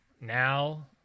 Now